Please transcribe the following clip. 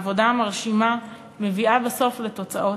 העבודה המרשימה מביאה בסוף לתוצאות,